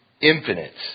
infinite